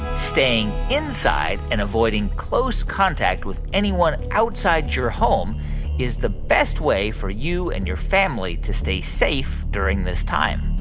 staying inside and avoiding close contact with anyone outside your home is the best way for you and your family to stay safe during this time?